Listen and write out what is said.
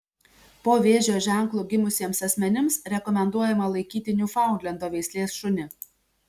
po vėžio ženklu gimusiems asmenims rekomenduojama laikyti niufaundlendo veislės šunį